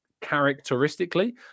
characteristically